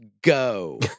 go